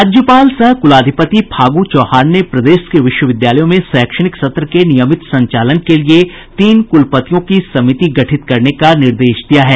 राज्यपाल सह कुलाधिपति फागु चौहान ने प्रदेश के विश्वविद्यालयों में शैक्षणिक सत्र के नियमित संचालन के लिए तीन कुलपतियों की समिति गठित करने का निर्देश दिया है